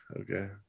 Okay